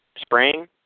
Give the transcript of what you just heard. spring